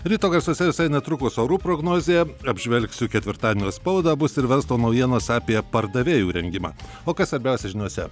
ryto garsuose visai netrukus orų prognozė apžvelgsiu ketvirtadienio spaudą bus ir verslo naujienos apie pardavėjų rengimą o kas svarbiausia žiniose